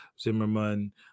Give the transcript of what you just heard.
Zimmerman